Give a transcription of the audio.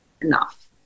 enough